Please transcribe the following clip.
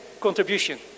contribution